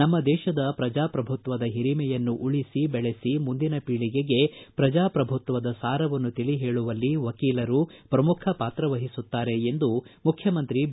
ನಮ್ಮ ದೇಶದ ಪ್ರಜಾಪ್ರಭುತ್ವದ ಹಿರಿಮೆಯನ್ನು ಉಳಿಸಿ ಬೆಳೆಸಿ ಮುಂದಿನ ಪೀಳಿಗೆಗೆ ಪ್ರಜಾಪ್ರಭುತ್ವದ ಸಾರವನ್ನು ತಿಳಿ ಹೇಳುವಲ್ಲಿ ವಕೀಲರು ಪ್ರಮುಖ ಪಾತ್ರ ವಹಿಸುತ್ತಾರೆ ಎಂದು ಮುಖ್ಯಮಂತ್ರಿ ಬಿ